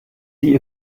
die